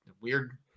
Weird